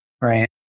Right